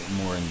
more